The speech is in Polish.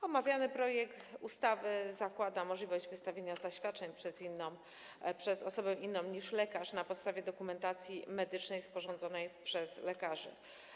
Omawiany projekt ustawy zakłada możliwość wystawienia zaświadczeń przez osobę inną niż lekarz na podstawie dokumentacji medycznej sporządzonej przez lekarza.